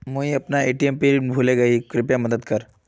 मुई अपना ATM pin भूले गही कृप्या मदद कर